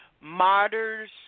Martyrs